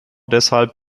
deshalb